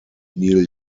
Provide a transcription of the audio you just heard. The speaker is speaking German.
neil